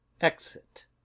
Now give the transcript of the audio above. Exit